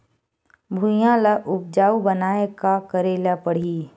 भुइयां ल उपजाऊ बनाये का करे ल पड़ही?